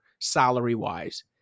salary-wise